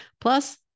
Plus